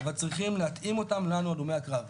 אבל צריכים להתאים אותם לנו, הלומי הקרב.